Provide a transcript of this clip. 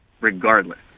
Regardless